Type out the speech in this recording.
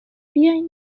بیاین